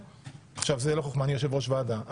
זה לא חוכמה אני יושב-ראש ועדה,